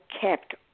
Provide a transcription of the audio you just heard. kept